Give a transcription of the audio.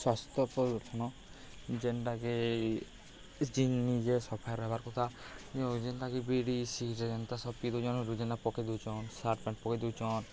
ସ୍ୱାସ୍ଥ୍ୟ ଯେନ୍ଟାକି ଯେନ୍ ନିଜେ ସଫା ରହେବାର୍ କଥା ଯେନ୍ଟାକି ବିଡ଼ି ସିଗ୍ରେଟ୍ ଯେନ୍ତା ସବ୍ ପିଇ ଦଉଚନ୍ ଆର୍ ଯେନ୍ଟା ପକେଇ ଦଉଚନ୍ ସାର୍ଟ୍ ପେଣ୍ଟ୍ ପକେଇ ଦଉଚନ୍